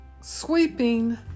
sweeping